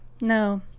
no